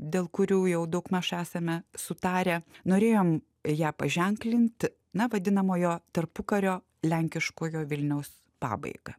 dėl kurių jau daugmaž esame sutarę norėjom ją paženklint na vadinamojo tarpukario lenkiškojo vilniaus pabaigą